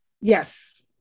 Yes